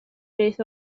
beth